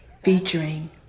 featuring